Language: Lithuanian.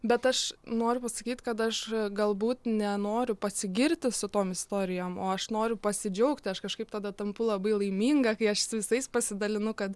bet aš noriu pasakyt kad aš galbūt nenoriu pasigirti su tom istorijom o aš noriu pasidžiaugti aš kažkaip tada tampu labai laiminga kai aš su visais pasidalinu kad